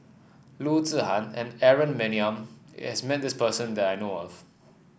Loo Zihan and Aaron Maniam has met this person that I know of